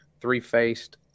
three-faced